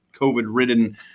COVID-ridden